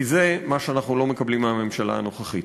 כי זה מה שאנחנו לא מקבלים מהממשלה הנוכחית.